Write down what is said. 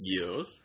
Yes